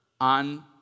on